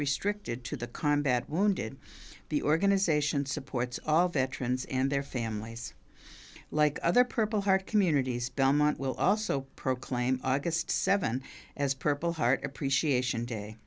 restricted to the combat wounded the organization supports all veterans and their families like other purple heart communities belmont will also proclaim august seventh as purple heart appreciation day